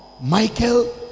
Michael